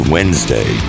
Wednesday